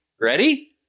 ready